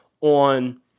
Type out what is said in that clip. on